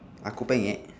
aku penyet